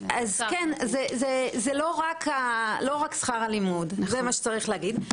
זה לא רק שכר הלימוד, זה מה שצריך להגיד.